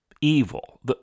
evil